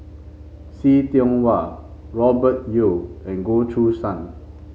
See Tiong Wah Robert Yeo and Goh Choo San